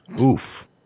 Oof